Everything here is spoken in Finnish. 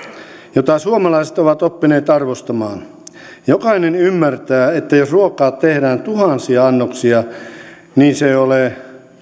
jota suomalaiset ovat oppineet arvostamaan jokainen ymmärtää että jos ruokaa tehdään tuhansia annoksia niin se ei ole